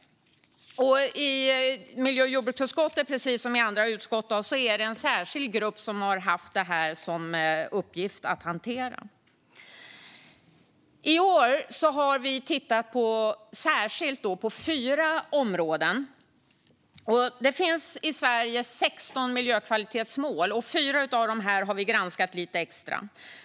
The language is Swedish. I miljö och jordbruksutskottet är det, precis som i andra utskott, en särskild grupp som har haft till uppgift att hantera detta. I år har vi tittat särskilt på fyra områden. Det finns i Sverige 16 miljökvalitetsmål, och vi har granskat 4 av dem lite extra.